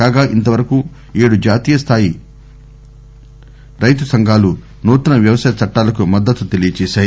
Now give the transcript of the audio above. కాగా ఇంతవరకు ఏడు జాతీయ స్థాయి రతిఉ సంఘాలు నూతన వ్యవసాయ చట్టాలకు మద్దతు తెలియచేశాయి